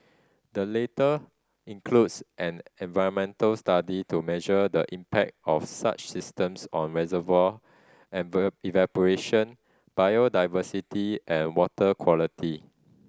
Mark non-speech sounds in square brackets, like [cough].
the later includes an environmental study to measure the impact of such systems on reservoir [unintelligible] evaporation biodiversity and water quality